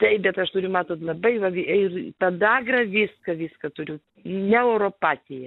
taip bet aš turiu matot labai ir podagrą viską viską turiu neuropatiją